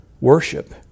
worship